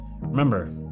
Remember